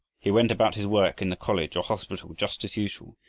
he went about his work in the college or hospital just as usual,